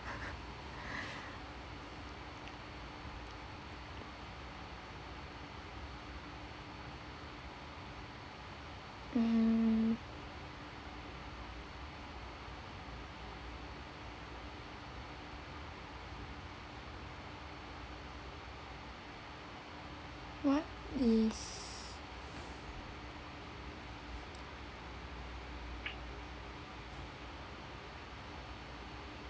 mm what is